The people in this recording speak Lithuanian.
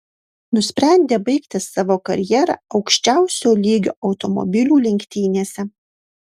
nusprendė baigti savo karjerą aukščiausio lygio automobilių lenktynėse